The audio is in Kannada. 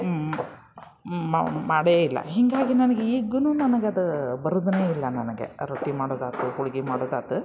ಮಾಡೇ ಇಲ್ಲ ಹೀಗಾಗಿ ನನಗೆ ಈಗ್ಲೂ ನನ್ಗದು ಬರುದೇನೇ ಇಲ್ಲ ನನಗೆ ರೊಟ್ಟಿ ಮಾಡೋದಾಯ್ತು ಹೋಳ್ಗೆ ಮಾಡೋದಾತು